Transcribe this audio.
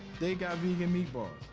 they got vegan meatballs.